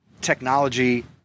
technology